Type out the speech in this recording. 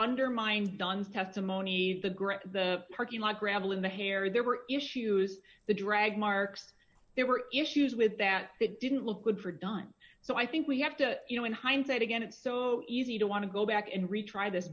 undermined dunn's testimony the growth of the parking lot gravel in the hair there were issues the drag marks there were issues with that it didn't look good for a dime so i think we have to you know in hindsight again it's so easy to want to go back and retry this